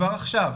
כבר עכשיו,